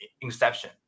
inception